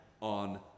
on